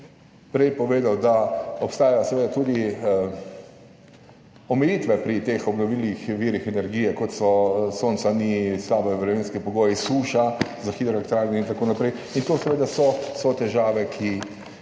prej povedal, da obstajajo tudi omejitve pri teh obnovljivih virih energije, kot je to, da ni sonca, slabi vremenski pogoji, suša za hidroelektrarne in tako naprej. To so seveda težave, ki